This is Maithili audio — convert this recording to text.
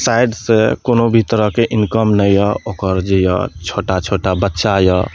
साइड से कोनो भी तरहके इनकम नहि यऽ ओकर जे यऽ छोटा छोटा बच्चा यऽ